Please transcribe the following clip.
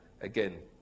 Again